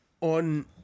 on